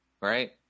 right